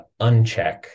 uncheck